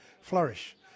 flourish